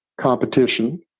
competition